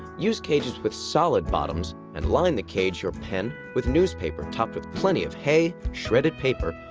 use cages with solid bottoms, and line the cage or pen with newspaper topped with plenty of hay, shredded paper,